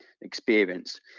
experience